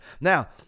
now